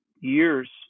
years